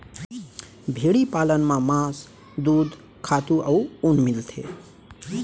भेड़ी पालन म मांस, दूद, खातू अउ ऊन मिलथे